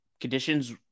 conditions